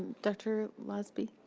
dr. losby,